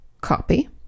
Copy